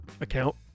account